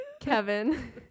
Kevin